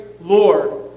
Lord